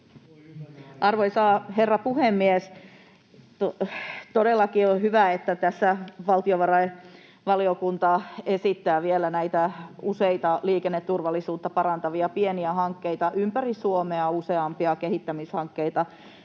Arvoisa herra puhemies! Todellakin on hyvä, että tässä valtiovarainvaliokunta esittää vielä näitä useita liikenneturvallisuutta parantavia pieniä hankkeita: ympäri Suomea on useampia kehittämishankkeita